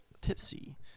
tipsy